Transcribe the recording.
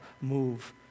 move